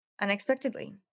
unexpectedly